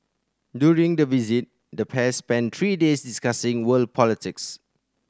during the visit the pair spent three days discussing world politics